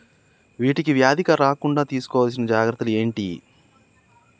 వీటికి వ్యాధి రాకుండా తీసుకోవాల్సిన జాగ్రత్తలు ఏంటియి?